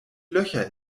löcher